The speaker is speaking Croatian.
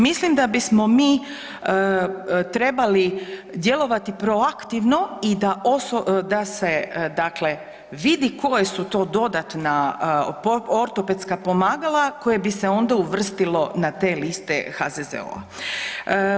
Mislim da bismo mi trebali djelovati proaktivno i da se dakle vidi koje su to dodatna ortopedska pomagala koje bi se onda uvrstilo na te liste HZZO-a.